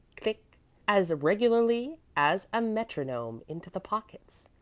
click as regularly as a metronome, into the pockets.